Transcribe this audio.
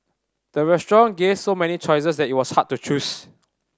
the restaurant gave so many choices that it was hard to choose